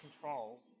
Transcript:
control